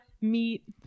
meat